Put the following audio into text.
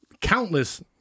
countless